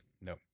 No